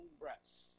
breaths